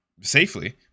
safely